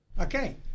Okay